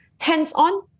hands-on